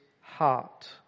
heart